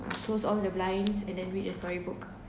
closed all the blinds and then read a storybook